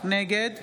נגד